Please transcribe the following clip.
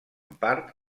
part